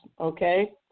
okay